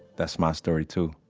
that's my story too